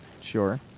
Sure